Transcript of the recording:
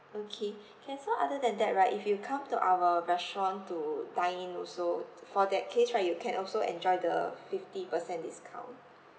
okay can so other than that right if you come to our restaurant to dine in also for that case right you can also enjoy the fifty percent discount